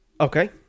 Okay